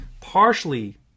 partially